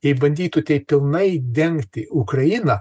jei bandytų taip pilnai dengti ukrainą